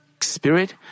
spirit